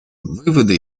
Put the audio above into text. выводы